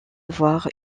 voir